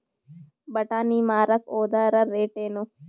ಬಟಾನಿ ಮಾರಾಕ್ ಹೋದರ ರೇಟೇನು?